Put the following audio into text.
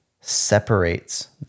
separates